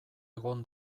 egon